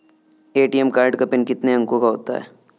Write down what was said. ATM card का pin कितने अंकों का होता है?